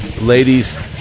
ladies